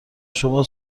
شما